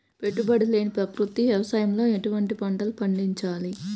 పెట్టుబడి లేని ప్రకృతి వ్యవసాయంలో ఎటువంటి పంటలు పండించాలి?